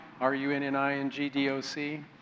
R-U-N-N-I-N-G-D-O-C